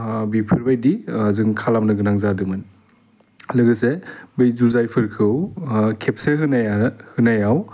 बेफोरबायदि जों खालामनो गोनां जादोंमोन लोगोसे बै जुजाइफोरखौ खेबसे होनायानो होनायाव